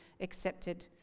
accepted